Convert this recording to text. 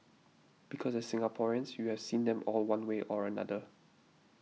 because as Singaporeans you have seen them all one way or another